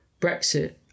Brexit